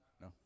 no